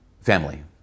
family